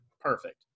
perfect